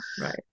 right